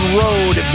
road